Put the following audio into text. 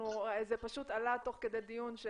זה פשוט עלה תוך כדי דיון.